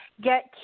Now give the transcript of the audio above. get